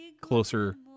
closer